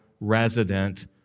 resident